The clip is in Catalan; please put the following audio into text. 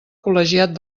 col·legiat